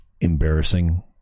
Embarrassing